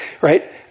Right